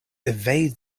evade